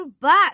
back